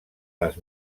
les